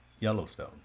Yellowstone